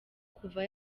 kuva